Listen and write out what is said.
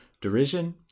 derision